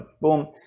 Boom